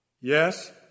Yes